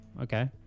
Okay